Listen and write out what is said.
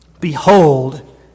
Behold